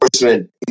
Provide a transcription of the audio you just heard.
enforcement